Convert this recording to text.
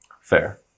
Fair